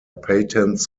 patents